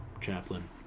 chaplain